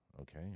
okay